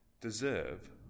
deserve